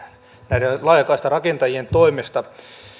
näiden laajakaistarakentajien toimesta